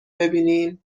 ببینین